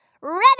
Ready